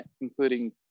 including